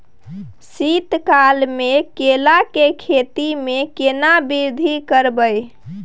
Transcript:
शीत काल मे केला के खेती में केना वृद्धि करबै?